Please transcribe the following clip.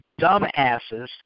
dumbasses